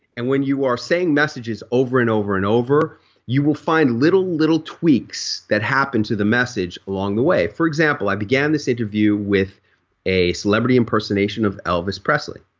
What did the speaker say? and when you are saying messages over and over and over you will find little, little tweaks that happen to the message along the way. for example i began this interview with a celebrity impersonating of elvis presley.